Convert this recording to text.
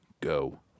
go